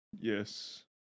Yes